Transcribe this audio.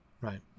right